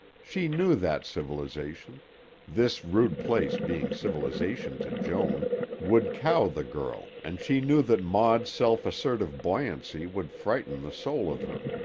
she knew that civilization this rude place being civilization to joan would cow the girl and she knew that maud's self-assertive buoyancy would frighten the soul of her.